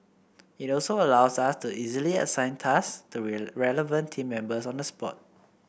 it also allows us to easily assign tasks to relevant team members on the spot